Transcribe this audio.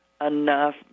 enough